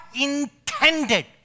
intended